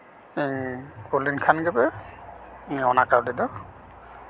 ᱤᱧ ᱠᱩᱞᱤᱧ ᱠᱷᱟᱱ ᱜᱮᱯᱮ ᱚᱱᱟ ᱠᱟᱹᱣᱰᱤ ᱫᱚ